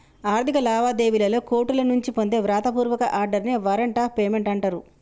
ఆర్థిక లావాదేవీలలో కోర్టుల నుంచి పొందే వ్రాత పూర్వక ఆర్డర్ నే వారెంట్ ఆఫ్ పేమెంట్ అంటరు